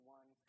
one